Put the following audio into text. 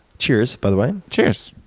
cheers, by the way. cheers.